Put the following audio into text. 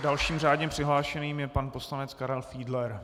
Dalším řádně přihlášeným je pan poslanec Karel Fiedler.